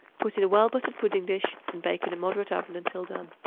put in a well-buttered pudding-dish and bake in a moderate oven until done.